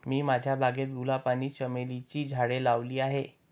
मी माझ्या बागेत गुलाब आणि चमेलीची झाडे लावली आहे